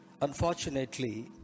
Unfortunately